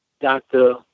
Dr